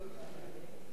חברות הכנסת,